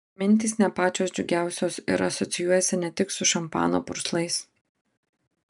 mintys ne pačios džiugiausios ir asocijuojasi ne tik su šampano purslais